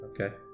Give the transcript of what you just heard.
Okay